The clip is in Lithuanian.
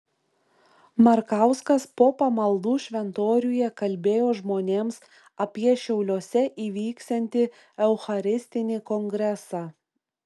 markauskas po pamaldų šventoriuje kalbėjo žmonėms apie šiauliuose įvyksiantį eucharistinį kongresą